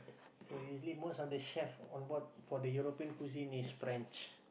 so usually most of the chef onboard for the European cuisine is French